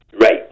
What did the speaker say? Right